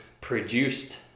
produced